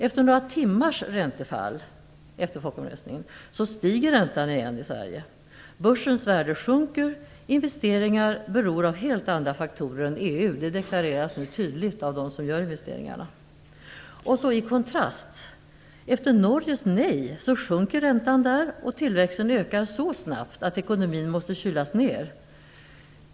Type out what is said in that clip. Efter några timmars räntefall efter folkomröstningen stiger räntorna igen i Sverige. Börsens värde sjunker, investeringar beror av helt andra faktorer än EU. Det deklareras nu tydligt av dem som gör investeringarna. I kontrast: Efter Norges nej sjunker räntan där, och tillväxten ökar så snabbt att ekonomin måste kylas ned.